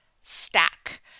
stack